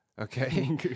Okay